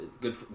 Good